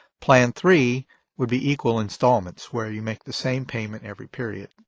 plan three would be equal installments where you make the same payment every period.